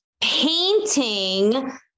painting